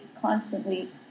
constantly